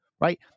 right